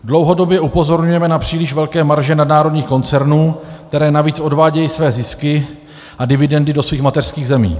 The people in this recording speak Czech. Dlouhodobě upozorňujeme na příliš velké marže nadnárodních koncernů, které navíc odvádějí své zisky a dividendy do svých mateřských zemí.